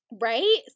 right